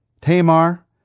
Tamar